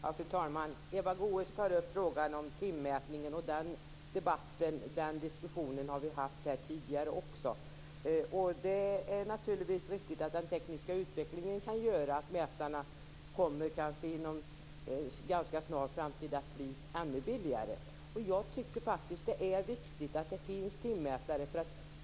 Fru talman! Eva Goës tar upp frågan om timmätningen. Den diskussionen har vi också haft här tidigare. Det är naturligtvis riktigt att den tekniska utvecklingen kan göra att mätarna inom en ganska snar framtid kanske kommer att bli ännu billigare. Jag tycker faktiskt att det är viktigt att det finns timmätare.